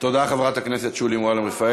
תודה, חברת הכנסת שולי מועלם-רפאלי.